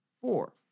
four